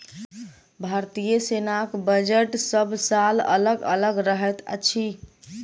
भारतीय सेनाक बजट सभ साल अलग अलग रहैत अछि